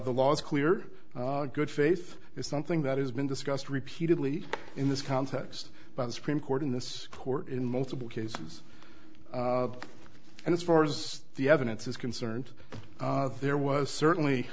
the law is clear good faith is something that has been discussed repeatedly in this context by the supreme court in this court in multiple cases and as far as the evidence is concerned there was certainly